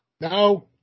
No